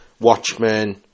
Watchmen